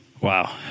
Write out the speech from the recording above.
Wow